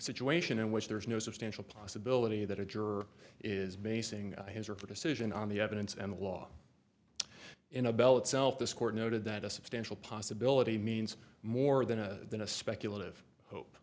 situation in which there is no substantial possibility that a juror is basing his or her decision on the evidence and the law in a bell itself this court noted that a substantial possibility means more than a than a speculative hope